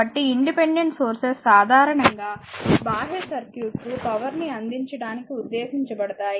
కాబట్టి independent sources సాధారణంగా బాహ్య సర్క్యూట్కు పవర్ ని అందించడానికి ఉద్దేశించబడతాయి